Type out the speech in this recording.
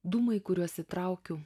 dūmai kuriuos įtraukiu